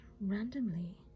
randomly